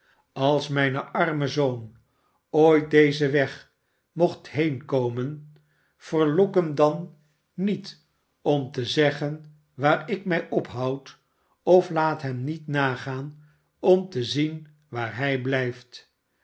als mijn arme zoon ooit dezen weg mocht heenkomen verlok hem dan niet om te zeggen waar ik mij ophoud of laat hem niet nagaan om te zien waar hij blijft